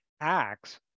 acts